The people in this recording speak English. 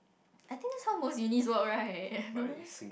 I think that's how most Unis work right no meh